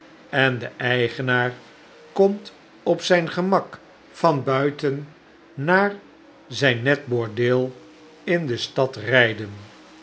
en de eigenaarkomtopzyn gemak van buiten naar zyn net bordeel in de stad rijden